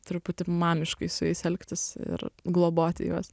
truputį mamiškai su jais elgtis ir globoti juos